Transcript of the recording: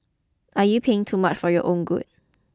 are you playing too much for your own good